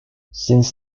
since